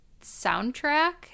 soundtrack